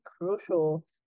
crucial